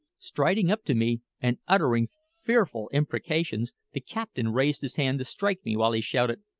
striding up to me, and uttering fearful imprecations, the captain raised his hand to strike me, while he shouted,